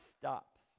stops